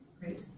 Great